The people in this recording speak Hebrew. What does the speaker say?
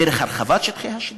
דרך הרחבת שטחי השיפוט,